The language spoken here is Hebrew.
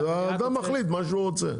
ואדם מחליט מה שהוא רוצה.